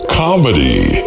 comedy